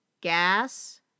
gas